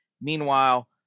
Meanwhile